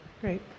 Great